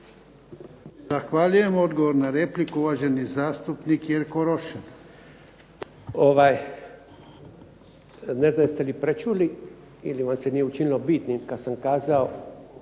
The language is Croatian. Zahvaljujem. Odgovor na repliku, uvaženi zastupnik Jerko Rošin. **Rošin, Jerko (HDZ)** Ne znam jeste li prečuli, ili vam se nije učinilo bitnim kad sam